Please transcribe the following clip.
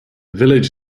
village